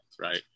right